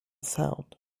sound